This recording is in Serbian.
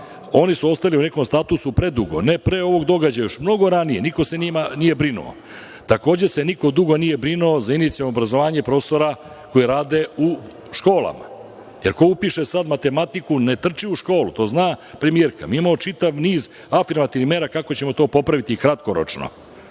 oni su ostali u nekom statusu predugo, ne pre ovog događaja, još mnogo ranije. Niko se njima nije brinuo. Takođe, se niko dugo nije brinuo za inicijalno obrazovanje profesora koji rade u školama, jer ko upiše sada matematiku ne trči u školu, to zna premijerka. Mi imamo čitav niz afirmativnih mera kako ćemo to popraviti kratkoročno,